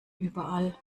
überall